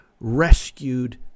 rescued